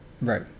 Right